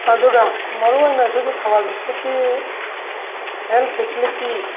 ꯑꯗꯨꯒ ꯃꯔꯨꯑꯣꯏꯅ ꯑꯩꯈꯣꯏꯒꯤ ꯊꯧꯕꯥꯜ ꯗꯤꯁꯇ꯭ꯔꯤꯛꯀꯤ ꯍꯦꯜꯠ ꯐꯤꯁꯤꯂꯤꯇꯤ